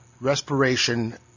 respiration